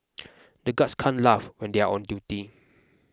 the guards can't laugh when they are on duty